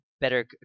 better